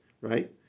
right